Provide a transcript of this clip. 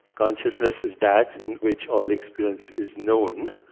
consciousness is that in which all experience is known.